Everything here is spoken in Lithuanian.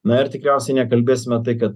na ir tikriausiai nekalbėsime tai kad